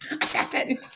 assassin